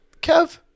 Kev